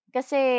Kasi